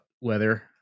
weather